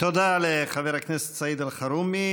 תודה רבה לחבר הכנסת סעד אלחרומי.